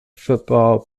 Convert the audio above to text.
football